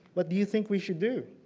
what do you think we should do?